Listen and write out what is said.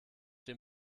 dem